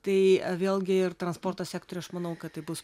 tai vėlgi ir transporto sektoriui aš manau kad tai bus